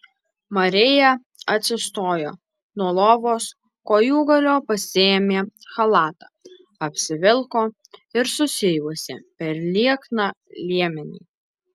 marija atsistojo nuo lovos kojūgalio pasiėmė chalatą apsivilko ir susijuosė per liekną liemenį